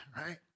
right